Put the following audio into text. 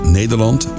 Nederland